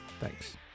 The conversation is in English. Thanks